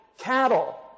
cattle